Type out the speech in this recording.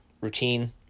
routine